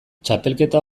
txapelketa